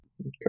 Okay